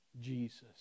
Jesus